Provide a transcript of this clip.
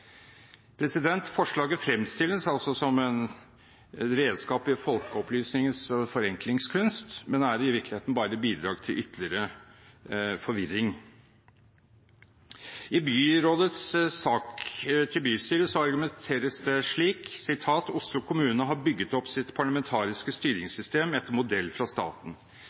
Forslaget fremstilles altså som et redskap i folkeopplysningens forenklingskunst, men er i virkeligheten bare et bidrag til ytterligere forvirring. I byrådets sak til bystyret argumenteres det slik: «Oslo kommune har bygget opp sitt parlamentariske styringssystem etter modell fra staten.